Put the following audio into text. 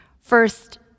First